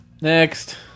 Next